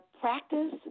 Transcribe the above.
Practice